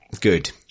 Good